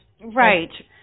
Right